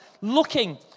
looking